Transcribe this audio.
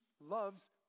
loves